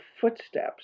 footsteps